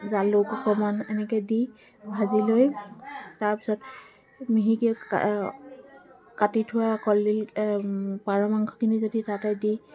জালুক অকণমান এনেকৈ দি ভাজি লৈ তাৰপিছত মিহিকৈ কাটি থোৱা কলদিল পাৰ মাংসখিনি যদি তাতে দি